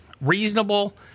Reasonable